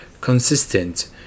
Consistent